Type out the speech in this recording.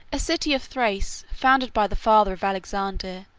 a city of thrace, founded by the father of alexander,